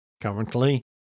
currently